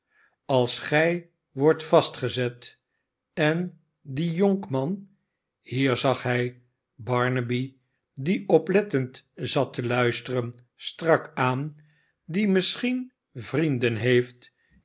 als gij wordt vastgezet en die jonkman hier zag hij barnaby die oplettend zat te luisteren strak aan die misschien vrienden heeft